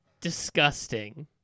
Disgusting